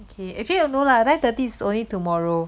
okay actually no lah nine thirty is only tomorrow